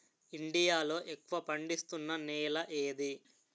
India లో ఎక్కువ పండిస్తున్నా నేల ఏది?